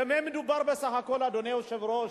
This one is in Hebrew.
במה מדובר בסך הכול, אדוני היושב-ראש?